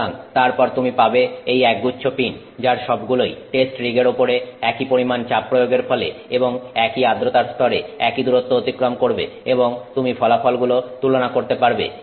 সুতরাং তারপর তুমি পাবে এই একগুচ্ছ পিন যার সবগুলোই টেস্ট রিগ এর ওপরে একই পরিমাণ চাপ প্রয়োগের ফলে এবং একই আদ্রতার স্তরে একই দূরত্ব অতিক্রম করবে এবং তুমি ফলাফলগুলো তুলনা করতে পারবে